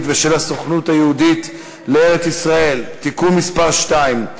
ושל הסוכנות היהודית לארץ-ישראל (תיקון מס' 2),